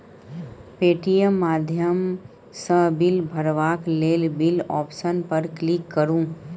Paytm माध्यमसँ bill भरबाक लेल बिल आप्शन पर क्लिक करु